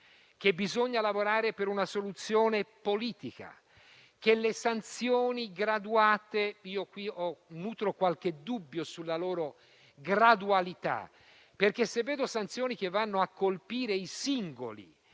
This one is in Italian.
che bisogna lavorare per una soluzione politica. A proposito delle sanzioni graduate, io nutro qualche dubbio sulla loro gradualità, perché, se vedo sanzioni che vanno a colpire i singoli